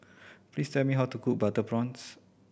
please tell me how to cook butter prawns